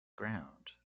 ground